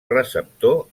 receptor